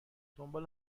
دنبال